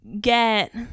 get